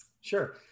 Sure